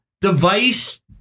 device